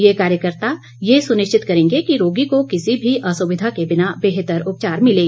ये कार्यकर्ता यह सुनिश्चित करेंगे कि रोगी को किसी भी असुविधा के बिना बेहतर उपचार मिले